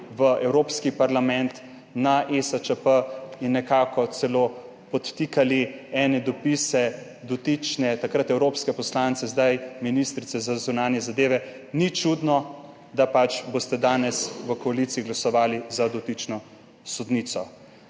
v Evropski parlament, na ESČP in nekako celo podtikali ene dopise dotične takratne evropske poslanke, zdaj ministrice za zunanje zadeve, ni čudno, da pač boste danes v koaliciji glasovali za dotično sodnico.